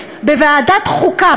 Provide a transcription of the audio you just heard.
בוועדת החוקה,